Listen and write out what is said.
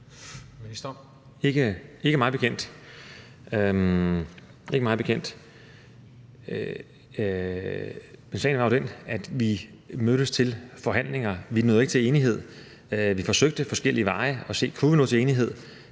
Heunicke): Ikke mig bekendt – ikke mig bekendt. Sagen var jo den, at vi mødtes til forhandlinger. Vi nåede ikke til enighed. Vi forsøgte ad forskellige veje at se, om vi kunne nå til enighed.